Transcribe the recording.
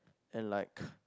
and like